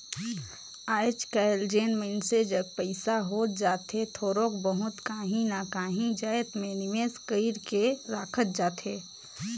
आएज काएल जेन मइनसे जग पइसा होत जाथे थोरोक बहुत काहीं ना काहीं जाएत में निवेस कइर के राखत जाथे